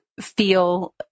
feel